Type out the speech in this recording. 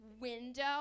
window